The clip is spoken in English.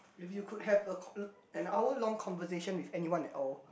if you could have a an hour long conversation with anyone and all